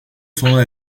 sona